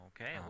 Okay